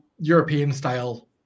European-style